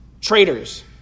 Traitors